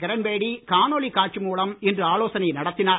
கிரண்பேடி காணொலி காட்சி மூலம் இன்று ஆலோசனை நடத்தினார்